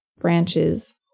branches